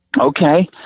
Okay